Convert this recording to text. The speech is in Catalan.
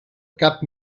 cap